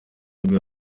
nibwo